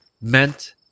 meant